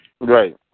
Right